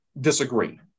disagree